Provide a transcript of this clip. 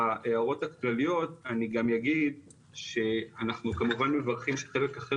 בהערות הכלליות אני גם אגיד שאנחנו כמובן מברכים שחלק אחר